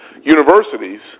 universities